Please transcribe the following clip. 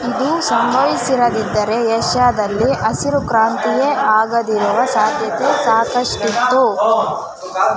ಇದು ಸಂಭವಿಸಿರದಿದ್ದರೆ ಏಷ್ಯಾದಲ್ಲಿ ಹಸಿರು ಕ್ರಾಂತಿಯೇ ಆಗದಿರುವ ಸಾಧ್ಯತೆ ಸಾಕಷ್ಟಿತ್ತು